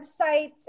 websites